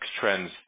trends